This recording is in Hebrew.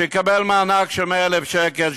שיקבל מענק של 100,000 שקל,